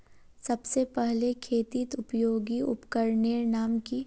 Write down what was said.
सबसे पहले खेतीत उपयोगी उपकरनेर नाम की?